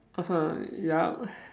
(uh huh) yup